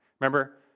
Remember